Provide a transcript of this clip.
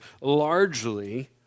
largely